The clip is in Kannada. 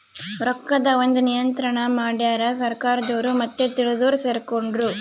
ರೊಕ್ಕದ್ ಒಂದ್ ನಿಯಂತ್ರಣ ಮಡ್ಯಾರ್ ಸರ್ಕಾರದೊರು ಮತ್ತೆ ತಿಳ್ದೊರು ಸೆರ್ಕೊಂಡು